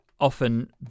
often